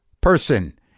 person